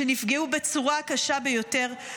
שנפגעו בצורה הקשה ביותר,